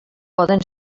poden